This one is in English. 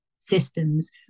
systems